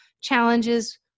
challenges